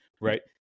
right